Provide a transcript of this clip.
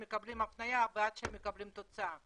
מקבלים הפניה ועד שהם מקבלים תוצאה.